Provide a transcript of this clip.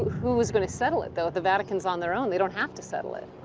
who was gonna settle it, though, if the vatican is on their own? they don't have to settle it.